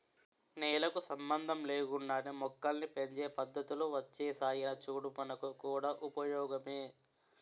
నేలకు సంబంధం లేకుండానే మొక్కల్ని పెంచే పద్దతులు ఒచ్చేసాయిరా చూడు మనకు కూడా ఉపయోగమే